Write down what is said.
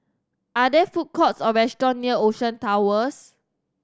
are there food courts or restaurants near Ocean Towers